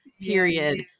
period